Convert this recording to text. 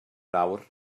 nawr